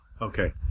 Okay